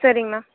சரி மேம்